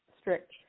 strict